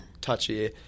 touchy